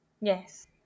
yes